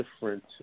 different